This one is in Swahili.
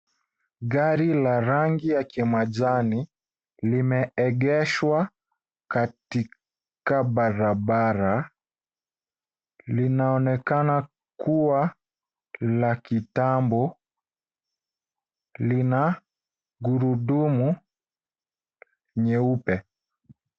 Gari la rangi ya kimajani limeegeshwa katika barabara. Linaonekana kuwa la kitambo. Lina gurudumu nyeupe.